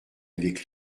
avec